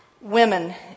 women